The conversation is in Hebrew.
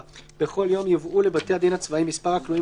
בבתי דין צבאיים 4. (א)בכל יום יובאו לבתי הדין הצבאיים מספר הכלואים